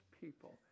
people